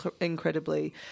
incredibly